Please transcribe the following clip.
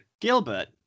Gilbert